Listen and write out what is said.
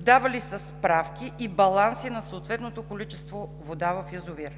давали са справки и баланси на съответното количество вода в язовира“.